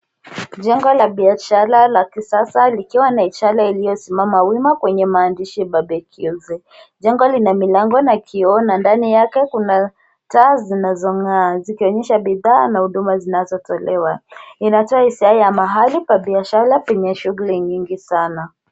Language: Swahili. Jengo la biashara la kisasa likiwa na ishara iliyosimama wima kwenye maandishi babekiunzi. Jengo lina milango na kioo na ndani yake kuna taa zainazong'aa zikionyesha bidhaa na huduma zinazotolewa. Inatoa hisia ya mahali pa biashara penye shuguli nyingi sana.